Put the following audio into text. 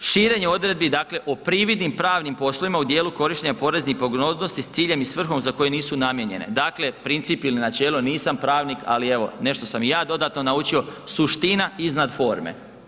širenje odredbi dakle o prividnim pravnim poslovima u dijelu korištenja poreznih pogodnosti s ciljem i svrhom za koju nisu namijenjene, dakle princip ili načelo, nisam pravnik, ali evo, nešto sam i ja dodatno naučio, suština iznad forme.